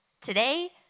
Today